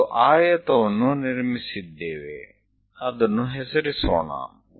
ನಾವು ಒಂದು ಆಯತವನ್ನು ನಿರ್ಮಿಸಿದ್ದೇವೆ ಅದನ್ನು ಹೆಸರಿಸೋಣ